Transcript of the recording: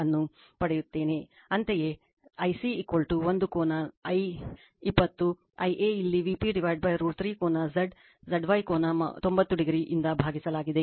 ಅಂತೆಯೇ I c ಒಂದು ಕೋನ I 20o Ia ಇಲ್ಲಿ Vp √ 3 ಕೋನ Z ಡ್ Zyಕೋನ 90o ಇಂದ ಭಾಗಿಸಲಾಗಿದೆ